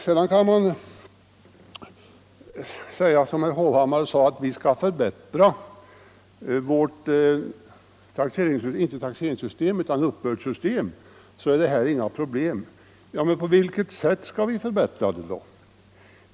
Visst kan man säga som herr Hovhammar, att vi skall förbättra vårt uppbördssystem, så att det här inte blir något problem. Men på vilket sätt skall vi förbättra det?